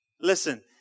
Listen